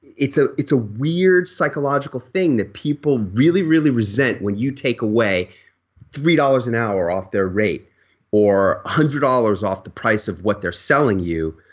it's ah it's a weird psychological thing that people really really resent when you take away three dollars an hour off their rate or a hundred dollars off the price of what they're selling you.